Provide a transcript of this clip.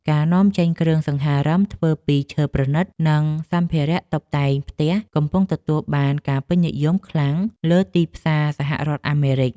ការនាំចេញគ្រឿងសង្ហារឹមធ្វើពីឈើប្រណីត និងសម្ភារតុបតែងផ្ទះកំពុងទទួលបានការពេញនិយមខ្លាំងនៅលើទីផ្សារសហរដ្ឋអាមេរិក។